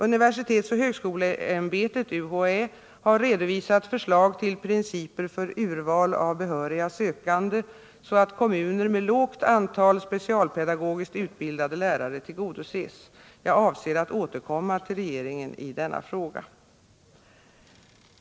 Universitetsoch högskoleämbetet har redovisat förslag till principer för urval av behöriga sökande så att kommuner med lågt antal specialpedagogiskt utbildade lärare tillgodoses. Jag avser att återkomma till regeringen i denna fråga.